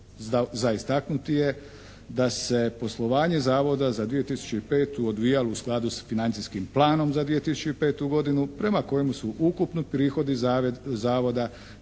Za istaknuti je da se poslovanje Zavoda za 2005. odvijalo u skladu sa financijskim planom za 2005. godinu prema kojemu su ukupni prihodi Zavoda,